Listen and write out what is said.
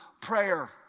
prayer